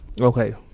Okay